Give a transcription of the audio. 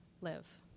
live